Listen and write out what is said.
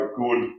good